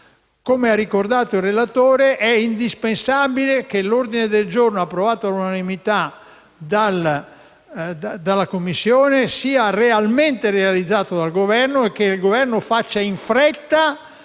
come ha ricordato il relatore, è indispensabile che l'ordine del giorno approvato all'unanimità dalla Commissione sia effettivamente realizzato dal Governo e che quest'ultimo faccia in fretta